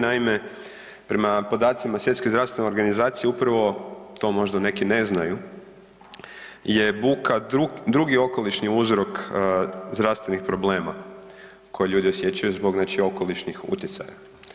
Naime, prema podacima Svjetske zdravstvene organizacije upravo, to možda neki ne znaju je buka drugi okolišni uzrok zdravstvenih problema koje ljudi osjećaju zbog okolišnih utjecaja.